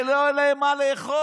שלא יהיה להם מה לאכול.